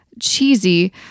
cheesy